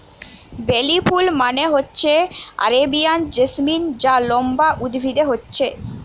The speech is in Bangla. বেলি ফুল মানে হচ্ছে আরেবিয়ান জেসমিন যা লম্বা উদ্ভিদে হচ্ছে